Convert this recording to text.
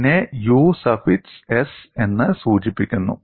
ഇതിനെ U suffix s എന്ന് സൂചിപ്പിക്കുന്നു